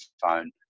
phone